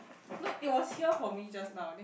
no it was here for me just now